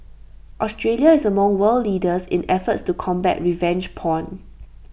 Australia is among world leaders in efforts to combat revenge porn